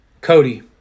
Cody